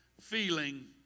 feeling